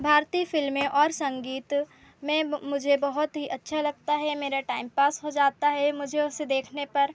भारतीय फ़िल्में और संगीत में मुझे बहुत ही अच्छा लगता है मेरा टाइम पास हो जाता है मुझे उसे देखने पर